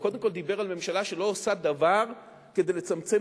הוא קודם כול דיבר על ממשלה שלא עושה דבר כדי לצמצם